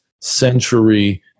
century